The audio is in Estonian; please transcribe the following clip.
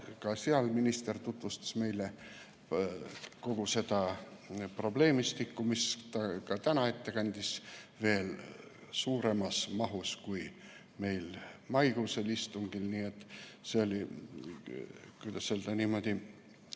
ka seal tutvustas meile kogu seda probleemistikku, mille ta täna ette kandis veel suuremas mahus kui meil maikuisel istungil. Nii et see oli, kuidas öelda, niimoodi